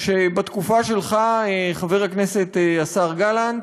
שבתקופה שלך, השר גלנט,